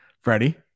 Freddie